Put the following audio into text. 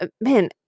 Man